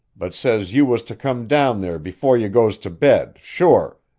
but says you was to come down there before you goes to bed, sure,